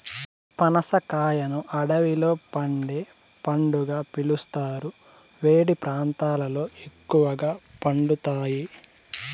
పనస కాయను అడవిలో పండే పండుగా పిలుస్తారు, వేడి ప్రాంతాలలో ఎక్కువగా పండుతాయి